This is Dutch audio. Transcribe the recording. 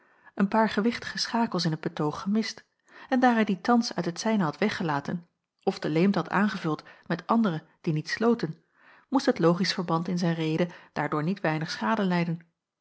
een paar gewichtige schakels in het betoog gemist en daar hij die thans uit het zijne had weggelaten of de leemte had aangevuld met andere die niet sloten moest het logisch verband in zijn rede daardoor niet weinig schade lijden